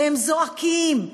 והם זועקים,